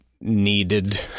needed